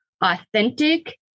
authentic